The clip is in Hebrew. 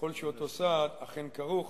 ככל שאותו סעד אכן כרוך